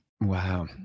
Wow